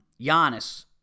Giannis